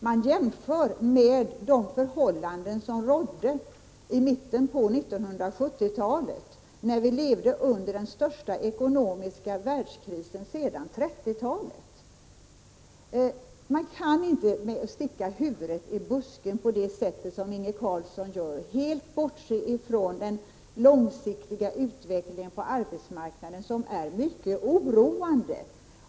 Man jämför alltså med de förhållanden som rådde i mitten av 1970-talet, när vi levde under den största ekonomiska världskrisen sedan 1930-talet. Man kan inte sticka huvudet i busken på det sätt som Inge Carlsson gör och helt bortse från den långsiktiga utvecklingen på arbetsmarknaden, som är 63 mycket oroande.